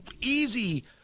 easy